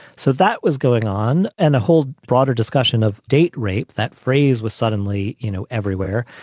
so that was going on. and a whole broader discussion of date rape. that phrase was suddenly, you know, everywhere.